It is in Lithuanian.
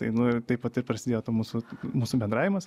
tai nu ir taip vat ir prasidėjo ta mūsų mūsų bendravimas